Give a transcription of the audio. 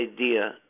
idea